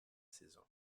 saison